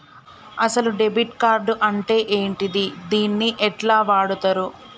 అసలు debit card అంటే ఏంటిది? దీన్ని ఎట్ల వాడుతరు?